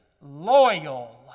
loyal